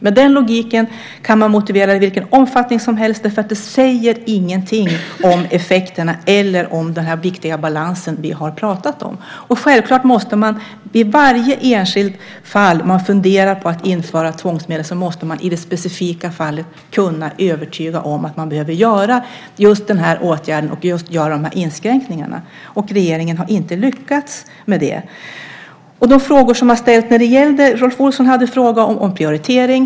Med den logiken kan man motivera vilken omfattning som helst, för det säger ingenting om effekterna eller om den viktiga balans vi har pratat om. Självklart måste man vid varje enskilt fall där man funderar på att införa tvångsmedel kunna övertyga om att man behöver göra just den åtgärden och de inskränkningarna. Regeringen har inte lyckats med det. Rolf Olsson hade en fråga om prioritering.